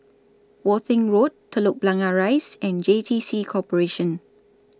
Worthing Road Telok Blangah Rise and J T C Corporation